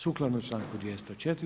Sukladno članku 204.